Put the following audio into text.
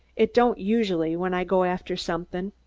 it don't usually, when i go after somethin'.